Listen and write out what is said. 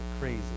crazy